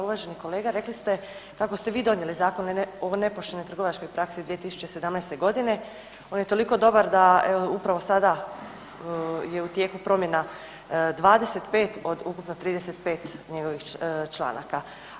Uvaženi kolega rekli ste kako ste vi donijeli Zakone o nepoštenoj trgovačkoj praksi 2017. godine, on je toliko dobar da evo upravo sada je u tijeku promjena 25 od ukupno 35 njegovih članaka.